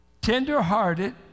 tenderhearted